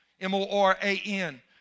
M-O-R-A-N